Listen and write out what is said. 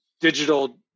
digital